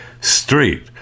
street